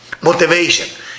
motivation